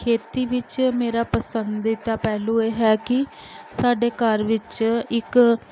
ਖੇਤੀ ਵਿੱਚ ਮੇਰਾ ਪਸੰਦੀਦਾ ਪਹਿਲੂ ਇਹ ਹੈ ਕਿ ਸਾਡੇ ਘਰ ਵਿੱਚ ਇੱਕ